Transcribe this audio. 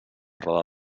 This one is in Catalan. roda